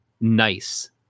nice